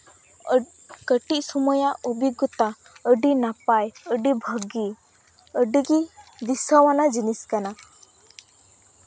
ᱠᱟᱹᱴᱤᱡ ᱥᱚᱢᱚᱭᱟᱜ ᱚᱵᱷᱤᱜᱽᱜᱚᱛᱟ ᱟᱹᱰᱤ ᱱᱟᱯᱟᱭ ᱟᱹᱰᱤ ᱵᱷᱟᱹᱜᱤ ᱟᱹᱰᱤᱜᱮ ᱫᱤᱥᱟᱹᱣᱟᱱᱟᱜ ᱡᱤᱱᱤᱥ ᱠᱟᱱᱟ